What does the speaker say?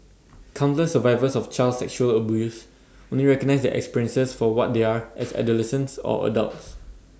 countless survivors of child sexual abuse only recognise their experiences for what they are as adolescents or adults